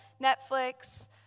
Netflix